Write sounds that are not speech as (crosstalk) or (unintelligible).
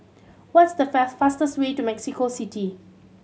what's the (unintelligible) fastest way to Mexico City